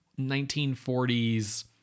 1940s